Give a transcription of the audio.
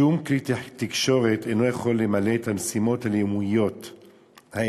שום כלי תקשורת אינו יכול למלא את המשימות הלאומיות האלה,